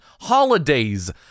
Holidays